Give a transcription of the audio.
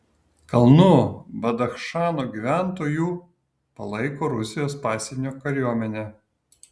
kalnų badachšano gyventojų palaiko rusijos pasienio kariuomenę